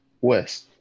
West